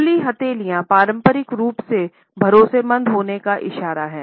खुली हथेलियां पारंपरिक रूप से भरोसेमंद होने का इशारा हैं